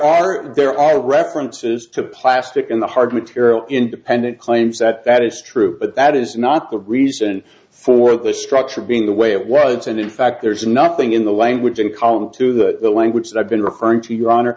are there references to plastic in the hard material independent claims that that is true but that is not the reason for the structure being the way it words and in fact there's nothing in the language in column two that the language that i've been referring to your honor